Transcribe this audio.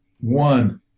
one